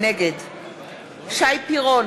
נגד שי פירון,